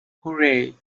hooray